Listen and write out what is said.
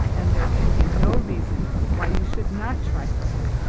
and there can be no reason why you should not try for him.